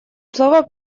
слово